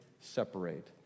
separate